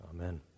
Amen